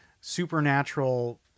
supernatural